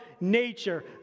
nature